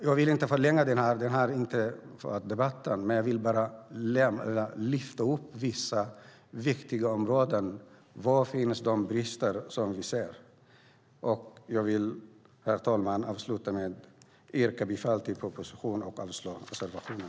Jag ska inte förlänga debatten, men jag vill lyfta upp vissa viktiga områden där vi ser brister. Herr talman! Jag yrkar avslutningsvis bifall till förslaget i propositionen och avslag på reservationen.